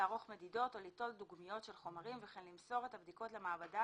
לערוך מדידות או ליטול דוגמיות של חומרים וכן למסור את הבדיקות למעבדה,